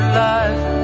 life